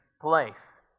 place